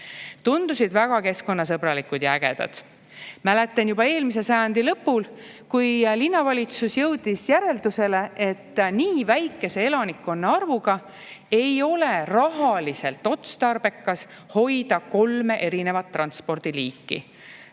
tundusid väga keskkonnasõbralikud ja ägedad. Mäletan, et juba eelmise sajandi lõpul jõudis linnavalitsus järeldusele, et nii väikese elanikkonnaga ei ole rahaliselt otstarbekas hoida kolme transpordiliiki: